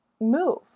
move